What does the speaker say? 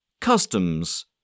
Customs